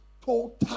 total